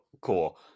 Cool